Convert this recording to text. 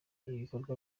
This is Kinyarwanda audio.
ibikorwa